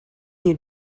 you